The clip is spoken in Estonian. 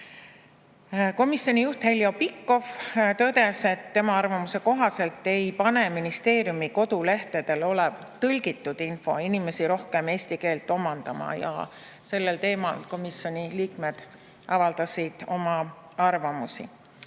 Komisjoni juht Heljo Pikhof tõdes, et tema arvamuse kohaselt ei pane ministeeriumi kodulehtedel olev tõlgitud info inimesi rohkem eesti keelt omandama. Ka teised komisjoni liikmed avaldasid oma arvamusi